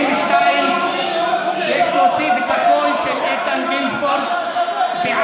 72. יש להוסיף את הקול של איתן גינזבורג בעד,